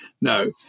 No